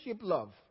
love